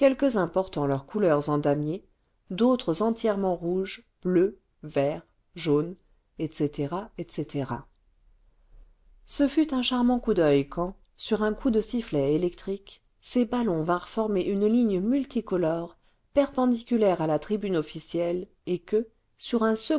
portant leurs couleurs en damier d'autres entièrement rouges bleus verts jaunes etc etc ce fut un charmant coup d'oeil quand sur un coup de sifflet électrique ces ballons vinrent former une ligne multicolore perpendiculaire à la tribune officielle et que sur un